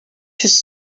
his